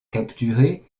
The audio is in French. capturer